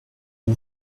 mon